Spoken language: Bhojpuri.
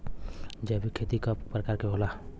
जैविक खेती कव प्रकार के होला?